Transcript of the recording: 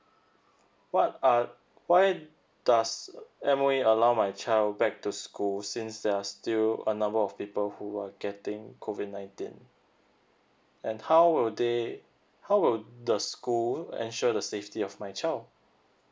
what are why does M_O_E allow my child back to school since there are still a number of people who are getting COVID nineteen and how will they how will the school ensure the safety of my child